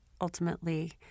ultimately